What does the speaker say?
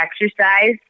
exercise